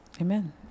Amen